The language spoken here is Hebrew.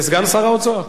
לסגן שר האוצר.